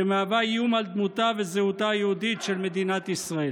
שמהווה איום על דמותה וזהותה היהודית של מדינת ישראל.